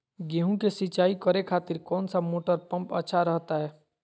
गेहूं के सिंचाई करे खातिर कौन सा मोटर पंप अच्छा रहतय?